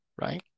right